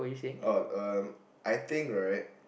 oh uh I think right